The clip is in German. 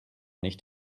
nicht